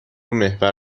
محور